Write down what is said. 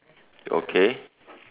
okay